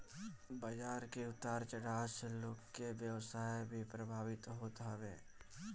बाजार के उतार चढ़ाव से लोग के व्यवसाय भी प्रभावित होत हवे